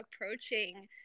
approaching